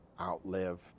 outlive